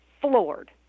floored